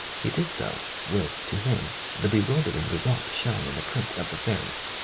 he did so, with, to him, the bewildering result shown in the print of the fairies